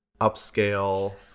upscale